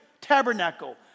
tabernacle